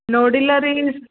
ನೋಡಿಲ್ಲ ರೀ